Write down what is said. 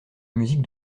musique